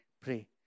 pray